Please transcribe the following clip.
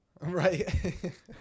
Right